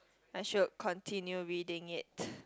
I should continue reading it